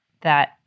That-